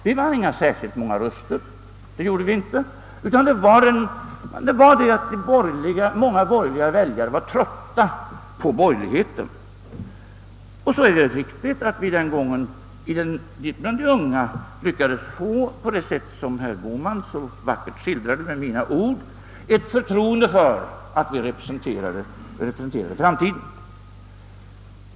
Vi vann inte särskilt många röster, men många borgerliga väljare var trötta på borgerligheten. Dessutom lyckades vi den gången bland de unga — som herr Bohman så vackert skildrade med mina ord — få förtroende för att vi representerade framtiden.